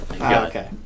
Okay